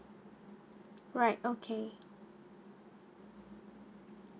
right okay